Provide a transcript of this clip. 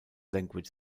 language